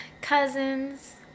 cousins